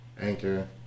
Anchor